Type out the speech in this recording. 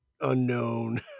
unknown